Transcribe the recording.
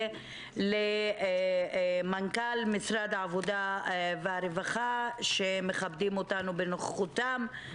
ולמנכ"ל משרד העבודה והרווחה שמכבדים אותנו בנוכחותם.